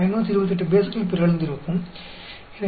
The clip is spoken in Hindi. तो पूरी तरह से 528 ठिकानों को बदल दिया गया होगा